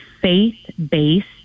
faith-based